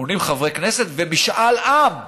80 חברי כנסת ומשאל עם,